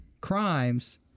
crimes